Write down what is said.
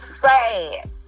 sad